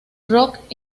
rock